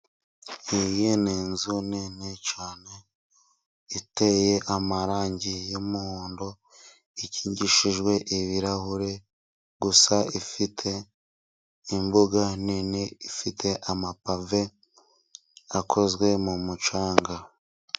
Iyi ni inzu nini cyane iteye amarangi y'umuhondo, ikingishijwe ibirahure gusa, ifite imbuga nini, ifite amapave akozwe mu mucanga.